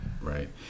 Right